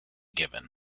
given